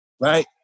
right